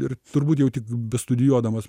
ir turbūt jau tik bestudijuodamas